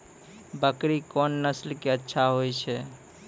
बकरी कोन नस्ल के अच्छा होय छै?